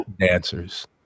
dancers